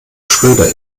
schröder